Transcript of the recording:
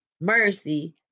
mercy